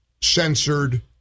censored